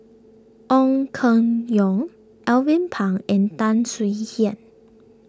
Ong Keng Yong Alvin Pang and Tan Swie Hian